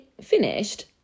finished